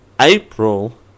April